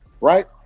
right